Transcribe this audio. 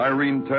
Irene